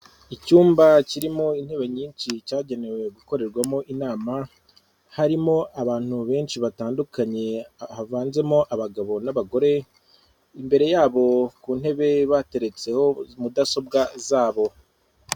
Icyumba kirimo intebe nyinshi cyagenewe gukorerwamo inama, harimo abantu benshi batandukanye havanzemo abagabo n'abagore, imbere yabo ku ntebe bateretseho mudasobwa zabo.